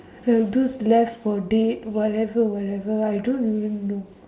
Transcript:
like those left-for-dead whatever whatever I don't even know